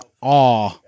awe